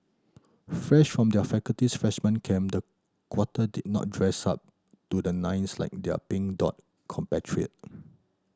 fresh from their faculty's freshman camp the quartet did not dress up to the nines like their Pink Dot compatriot